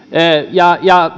ja ja